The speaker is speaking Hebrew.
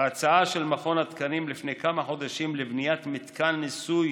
ההצעה של מכון התקנים לפני כמה חודשים לבניית מתקן ניסוי